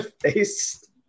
face